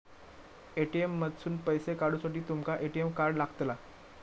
ATM मधसून पैसो काढूसाठी तुमका ए.टी.एम कार्ड लागतला